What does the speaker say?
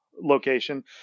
location